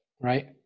right